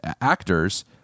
actors